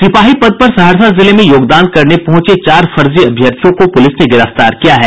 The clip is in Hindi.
सिपाही पद पर सहरसा जिले में योगदान करने पहुंचे चार फर्जी अभ्यर्थियों को पुलिस ने गिरफ्तार किया है